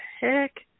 heck